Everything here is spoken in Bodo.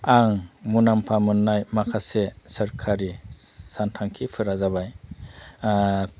आं मुलामफा मोननाय माखासे सोरखारि सान थांखिफोरा जाबाय